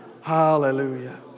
hallelujah